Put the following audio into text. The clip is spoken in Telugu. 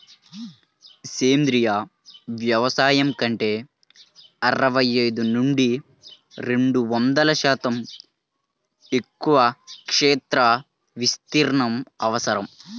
సేంద్రీయ వ్యవసాయం కంటే అరవై ఐదు నుండి రెండు వందల శాతం ఎక్కువ క్షేత్ర విస్తీర్ణం అవసరం